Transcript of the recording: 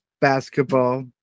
basketball